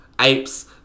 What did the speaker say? apes